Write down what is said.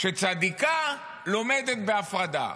שצדיקה לומדת בהפרדה.